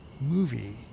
movie